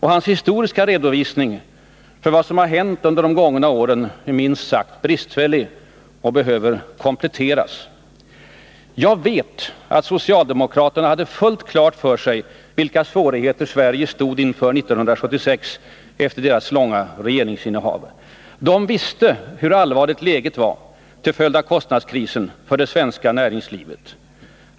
Hans historiska redovisning av vad som hänt under de gångna åren är minst sagt bristfällig och behöver kompletteras. Jag vet att socialdemokraterna hade fullt klart för sig vilka svårigheter Sverige stod inför 1976, efter deras långa regeringsinnehav. De visste hur allvarligt läget var till följd av kostnadskrisen för det svenska näringslivet.